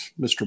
Mr